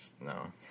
No